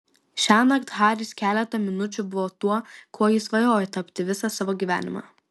šiąnakt haris keletą minučių buvo tuo kuo jis svajojo tapti visą savo gyvenimą